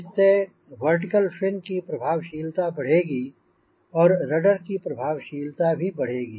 इससे vertical fin की प्रभावशीलता बढ़ेगी और रडर की प्रभावशीलता भी बढ़ेगी